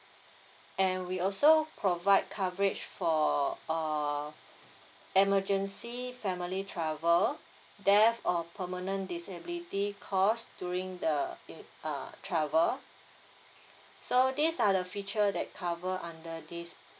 and we also provide coverage for uh emergency family travel death or permanent disability caused during the uh travel so these are the feature that cover under this